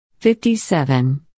57